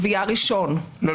גבייה ראשון, כן.